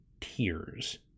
Tears